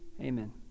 Amen